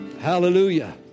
Hallelujah